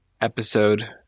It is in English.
episode